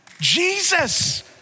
Jesus